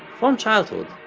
from childhood,